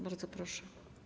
Bardzo proszę.